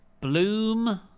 Bloom